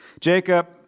Jacob